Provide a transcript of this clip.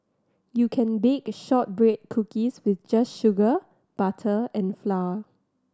you can bake shortbread cookies with just sugar butter and flour